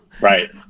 Right